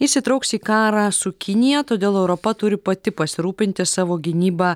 įsitrauks į karą su kinija todėl europa turi pati pasirūpinti savo gynyba